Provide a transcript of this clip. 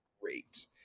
great